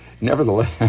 nevertheless